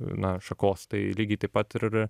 na šakos tai lygiai taip pat ir